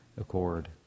accord